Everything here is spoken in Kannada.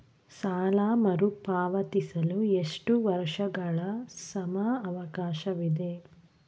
ಸಾಲ ಮರುಪಾವತಿಸಲು ಎಷ್ಟು ವರ್ಷಗಳ ಸಮಯಾವಕಾಶವಿದೆ?